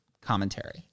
commentary